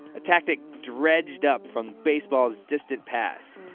a tactic dredged up from baseball's distant past.